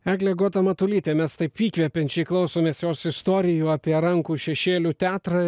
eglė agota matulytė mes taip įkvepiančiai klausomės jos istorijų apie rankų šešėlių teatrą